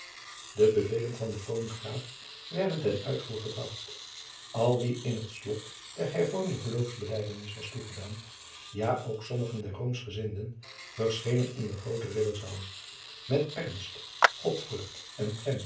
de bevelen van den vroomen graaf werden ten uitvoer gebracht al wie in het slot der hervormden geloofsbelijdenis was toegedaan ja ook sommigen der roomschgezinden verschenen in de groote ridderzaal met ernst godvrucht en